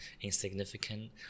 insignificant